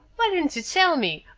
why didn't you tell me,